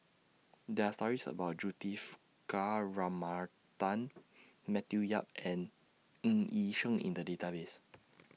There Are stories about Juthika Ramanathan Matthew Yap and Ng Yi Sheng in The Database